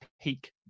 peak